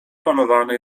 planowany